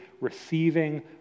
receiving